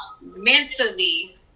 mentally